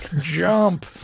jump